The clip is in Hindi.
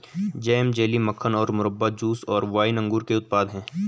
जैम, जेली, मक्खन और मुरब्बा, जूस और वाइन अंगूर के उत्पाद हैं